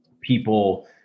people